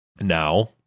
Now